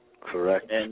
Correct